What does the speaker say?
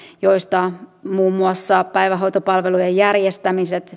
joista muun muassa päivähoitopalvelujen järjestämiset